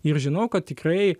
ir žinau kad tikrai